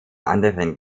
anderen